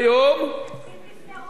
תקציב לפני ראש השנה,